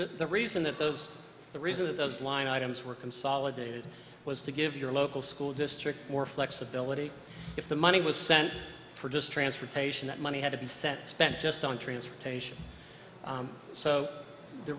the reason that those the reason the line items were consolidated was to give your local school districts more flexibility if the money was sent for just transportation that money had to be sent spent just on transportation so the